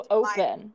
open